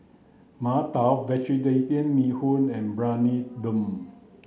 Mantou Vegetarian Bee Hoon and Briyani Dum